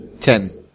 Ten